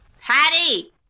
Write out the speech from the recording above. Patty